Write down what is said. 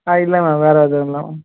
ஆ இல்லை மேம் வேறு எதுவும் இல்லை மேம்